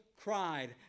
cried